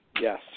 yes